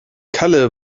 kalle